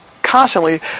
Constantly